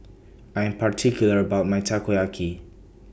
I Am particular about My Takoyaki